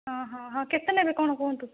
ହଁ ହଁ କେତେ ନେବେ କଣ କୁହନ୍ତୁ